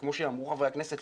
וכמו שאמרו חברי הכנסת,